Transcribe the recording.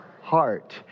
heart